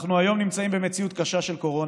אנחנו היום נמצאים במציאות קשה של קורונה,